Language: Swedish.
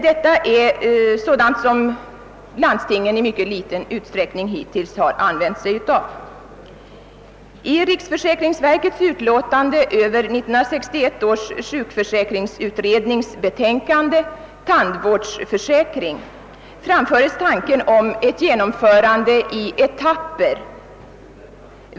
Denna möjlighet har landstingen dock hittills i mycket liten utsträckning använt sig av. tänkande, Tandvårdsförsäkring, framföres tanken på ett genomförande i etapper av en sådan försäkring.